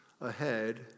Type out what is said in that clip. ahead